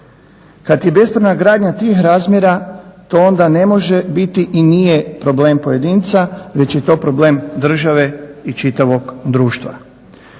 Kad je bespravna gradnja tih razmjera to onda ne može biti i nije problem pojedinca već je to problem države i čitavog društva.